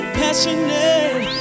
passionate